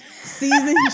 Season